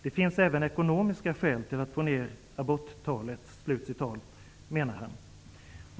''Det finns även ekonomiska skäl till att få ner abortantalet'', menar han.